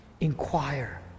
Inquire